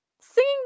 Singing